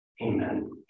amen